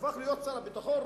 הפך להיות שר הביטחון,